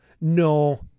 No